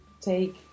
take